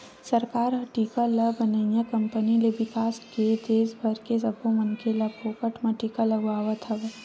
सरकार ह टीका ल बनइया कंपनी ले बिसाके के देस भर के सब्बो मनखे ल फोकट म टीका लगवावत हवय